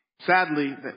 Sadly